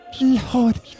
Lord